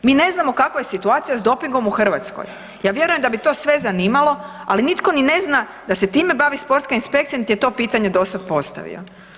Mi ne znamo kakva je situacija s dopingom u Hrvatskoj, ja vjerujem da bi to sve zanimalo, ali nitko ni ne zna da se time bavi sportska inspekcija niti je to pitanje do sad postavio.